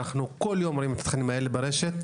ואנחנו כל יום רואים את התכנים האלה ברשת.